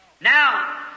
Now